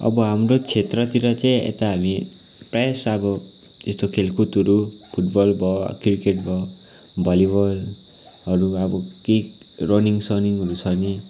अब हाम्रो क्षेत्रतिर चाहिँ यता हामी प्राय जसो अब यस्तो खेलकुदहरू फुटबल भयो क्रिकेट भयो भलिबलहरू अब केही रनिङ सनिङहरू छ भने